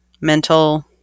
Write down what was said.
mental